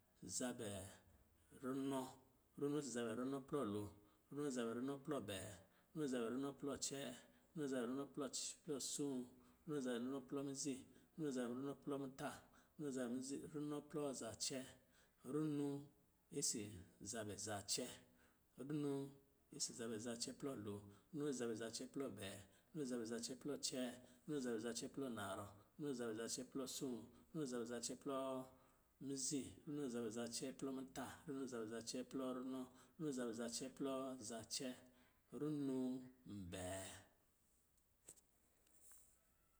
Zabɛ runɔ, runo si zabɛ runɔ plɔ lo, runo si zabɛ runɔ plɔ bɛɛ, runo si zabɛ runɔ plɔ cɛɛ, runo si zabɛ runɔ plɔ plɔ soo, runo si zabɛ runɔ plɔ mizi, runo si zabɛ runɔ plɔ muta, runo si zabɛ runɔ plɔ zacɛɛ, runo isi zabɛ zacɛɛ, runo isi zabɛ zacɛɛ plɔ lo, runo isi zabɛ zacɛɛ plɔ bɛɛ, runo isi zabɛ zacɛɛ plɔ cɛɛ, runo isi zabɛ zacɛɛ plɔ narɔ, runo isi zabɛ zacɛɛ plɔ soo, runo isi zabɛ zacɛɛ plɔ mizi, runo isi zabɛ zacɛɛ plɔ muta, runo isi zabɛ zacɛɛ plɔ runɔ, runo si zabɛ zacɛɛ plɔ zacɛɛ, runo mbɛɛ.